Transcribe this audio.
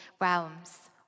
realms